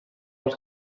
els